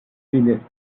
village